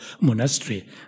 monastery